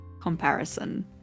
comparison